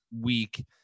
week